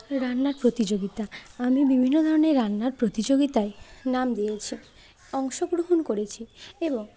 রান্নার প্রতিযোগিতা আমি বিভিন্ন ধরনের রান্নার প্রতিযোগিতায় নাম দিয়েছি অংশগ্রহণ করেছি এবং